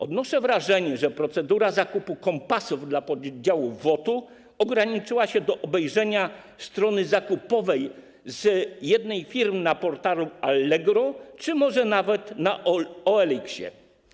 Odnoszę wrażenie, że procedura zakupu kompasów dla pododdziałów WOT ograniczyła się do obejrzenia strony zakupowej jednej z firm na portalu Allegro czy może nawet na OLX.